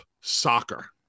soccer